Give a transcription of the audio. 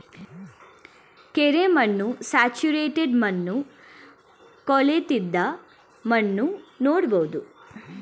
ಕೆರೆ ಮಣ್ಣು, ಸ್ಯಾಚುರೇಟೆಡ್ ಮಣ್ಣು, ಹೊಳೆತ್ತಿದ ಮಣ್ಣು ನೋಡ್ಬೋದು